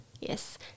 Yes